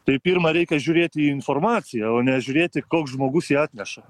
tai pirma reikia žiūrėti į informaciją o ne žiūrėti koks žmogus ją atneša